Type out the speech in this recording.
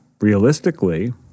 realistically